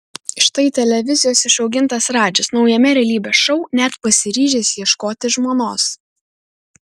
štai televizijos išaugintas radžis naujame realybės šou net pasiryžęs ieškoti žmonos